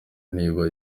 niba